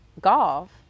golf